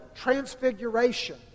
transfiguration